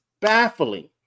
baffling